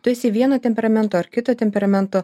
tu esi vieno temperamento ar kito temperamento